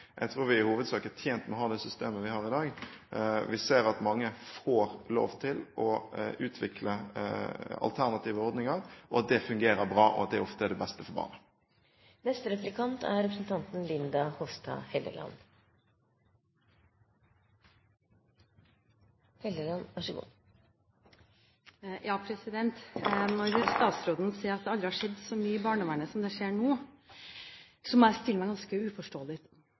Jeg tror vi i hovedsak er tjent med å ha det systemet vi har i dag. Vi ser at mange får lov til å utvikle alternative ordninger, at det fungerer bra, og at det ofte er det beste for barna. Når statsråden sier at det aldri har skjedd så mye i barnevernet som det som skjer nå, stiller jeg meg ganske